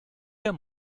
der